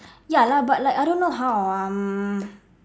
ya lah but like I don't know how um